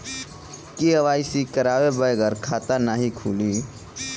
KYC करवाये बगैर खाता नाही खुली?